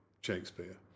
Shakespeare